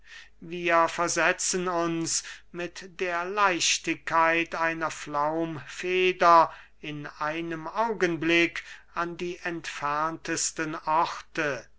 wir versetzen uns mit der leichtigkeit einer flaumfeder in einem augenblick an die entferntesten orte